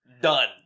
done